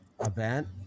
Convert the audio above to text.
event